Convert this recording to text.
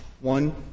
One